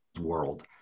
world